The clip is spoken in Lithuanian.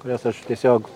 kurias aš tiesiog